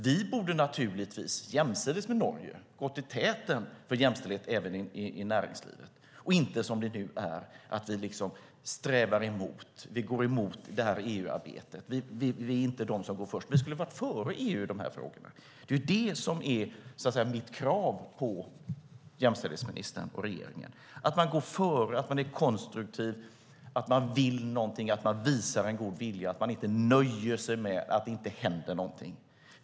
Vi borde naturligtvis, jämsides med Norge, ha gått i täten för jämställdhet även i näringslivet och inte som det nu är liksom sträva emot och gå emot EU-arbetet. Vi är inte de som går först. Vi skulle ha varit före EU i de här frågorna! Det är det som är mitt krav på jämställdhetsministern och regeringen: att man går före, att man är konstruktiv, att man vill någonting, att man visar en god vilja och att man inte nöjer sig med att det inte händer någonting.